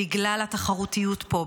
בגלל התחרותיות פה,